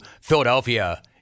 Philadelphia